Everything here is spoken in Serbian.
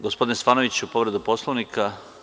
Gospodine Stefanoviću, povreda Poslovnika?